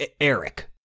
Eric